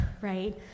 right